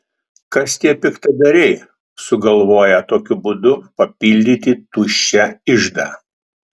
kas tie piktadariai sugalvoję tokiu būdu papildyti tuščią iždą